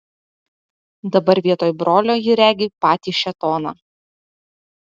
dabar vietoj brolio ji regi patį šėtoną